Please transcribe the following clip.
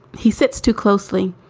he sits too closely.